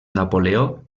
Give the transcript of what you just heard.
napoleó